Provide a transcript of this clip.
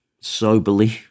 soberly